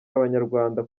abanyarwanda